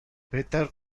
peter